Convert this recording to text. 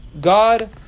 God